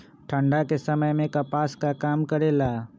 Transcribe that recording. ठंडा के समय मे कपास का काम करेला?